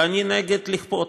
ואני נגד כפייה.